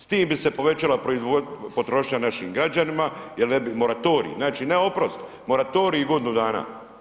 S tim bi se povećala potrošnja našim građanima jer ne bi, moratorij, znači ne oprost, moratorij godinu dana.